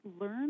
learn